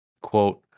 Quote